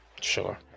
sure